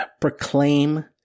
proclaim